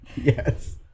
yes